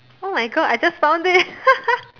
!oh-my-God! I just found it